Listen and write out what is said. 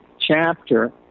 chapter